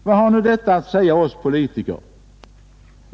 Vad har nu detta att säga oss politiker?